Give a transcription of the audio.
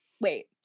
wait